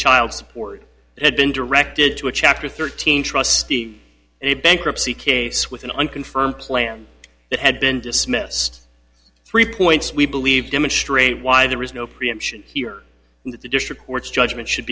child support had been directed to a chapter thirteen trustee in a bankruptcy case with an unconfirmed plan that had been dismissed three points we believe demonstrate why there is no preemption here in the district court's judgment should